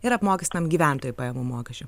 ir apmokestinam gyventojų pajamų mokesčiu